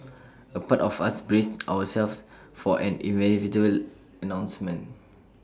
A part of us braced ourselves for an inevitable announcement